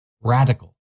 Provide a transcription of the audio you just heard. Radical